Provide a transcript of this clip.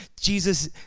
Jesus